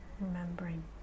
remembering